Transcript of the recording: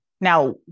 now